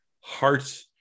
heart